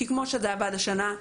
כי כפי שזה עבד השנה,